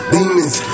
Demons